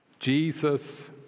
Jesus